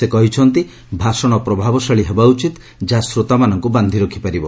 ସେ କହିଛନ୍ତି' ଭାଷଣ ପ୍ରଭାବଶାଳୀ ହେବା ଉଚିତ ଯାହା ଶ୍ରୋତାମାନଙ୍କୁ ବାନ୍ଧି ରଖିପାରିବ